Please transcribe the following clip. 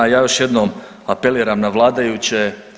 Ja još jednom apeliram na vladajuće.